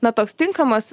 na toks tinkamas